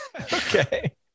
Okay